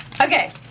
Okay